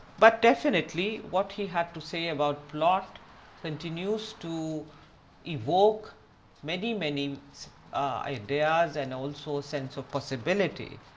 but definitely, what he had to say about plot continues to evoke many many ideas and also ah sense of possibility,